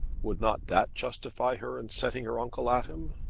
would not that justify her in setting her uncle at him?